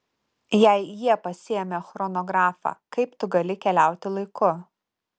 jei jie pasiėmė chronografą kaip tu gali keliauti laiku